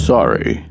Sorry